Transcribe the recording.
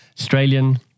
Australian